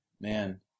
man